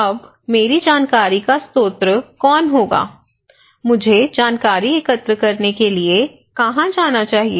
अब मेरी जानकारी का स्रोत कौन होगा मुझे जानकारी एकत्रित करने के लिए कहां जाना चाहिए